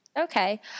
Okay